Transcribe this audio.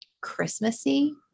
Christmassy